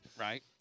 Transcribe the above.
right